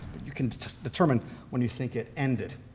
you can determine when you think it ended.